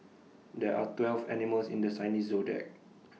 there are twelve animals in this Chinese Zodiac